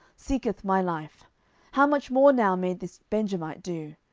seeketh my life how much more now may this benjamite do